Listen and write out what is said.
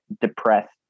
depressed